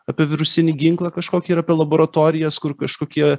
apie virusinį ginklą kažkokį ir apie laboratorijas kur kažkokie